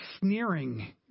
sneering